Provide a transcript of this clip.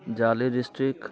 Jale district